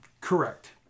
correct